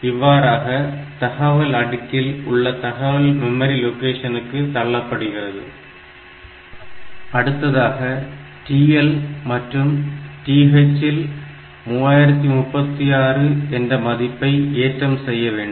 இவ்வாறாக தகவல் அடுக்கில் உள்ள தகவல் மெமரி லொகேஷனுக்கு தள்ளப்படுகிறது அடுத்ததாக TL மற்றும் TH இல் 3036 என்ற மதிப்பை ஏற்றம் செய்ய வேண்டும்